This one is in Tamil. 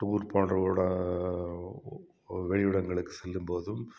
டூர் போன்றவுட வெளியிடங்களுக்கு செல்லும்போதும்